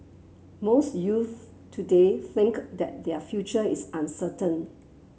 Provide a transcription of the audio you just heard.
most youths today think that their future is uncertain